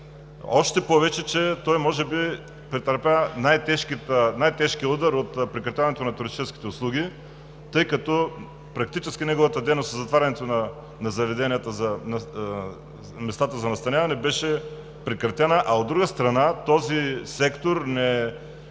още повече че може би той претърпя най-тежкия удар от прекратяването на туристическите услуги, тъй като практически неговата дейност със затварянето на местата за настаняване беше прекратена, а от друга страна, секторът не